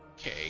Okay